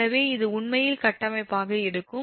எனவே இது உண்மையில் கட்டமைப்பாக இருக்கும்